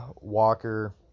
Walker